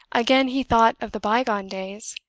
again he thought of the bygone days,